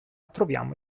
troviamo